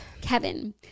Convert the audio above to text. Kevin